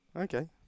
Okay